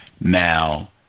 now